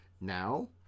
now